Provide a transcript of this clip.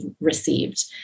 received